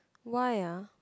why ah